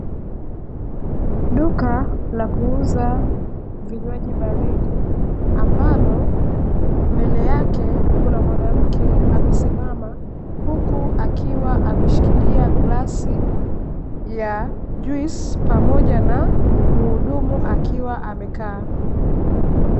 Duka la kuuza vinywaji baridi ambalo mbele yake kuna mwanamke amesimama, huku akiwa ameshikilia glasi ya juisi pamoja na mhudumu akiwa amekaa.